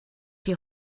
your